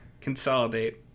consolidate